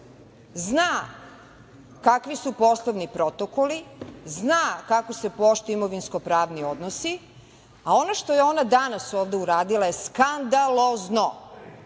zna kakvi su poslovni protokoli, zna kako se poštuju imovinsko pravni odnosi, a ono što je ona danas ovde uradila je skandalozno,